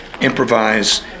improvise